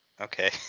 Okay